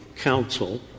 counsel